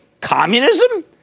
communism